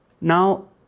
Now